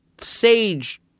sage